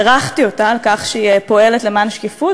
בירכתי אותה על כך שהיא פועלת למען שקיפות